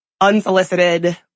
unsolicited